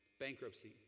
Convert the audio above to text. Bankruptcy